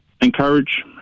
encourage